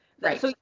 right